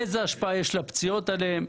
איזה השפעה יש לפציעות עליהן?